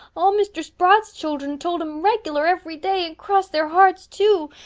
all mr. sprott's children told them regular every day, and cross their hearts too.